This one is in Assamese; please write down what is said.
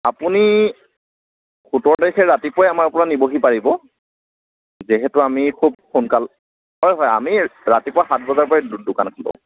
আপুনি সোতৰ তাৰিখে ৰাতিপুৱাই আমাৰ পৰা নিবহি পাৰিব যিহেতু আমি খুব সোনকাল হয় হয় আমি ৰাতিপুৱা সাত বজাৰ পৰাই দোকান খোলো